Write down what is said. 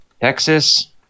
Texas